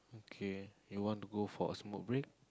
okay you want to go for a smoke break